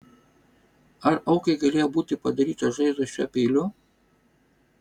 ar aukai galėjo būti padarytos žaizdos šiuo peiliu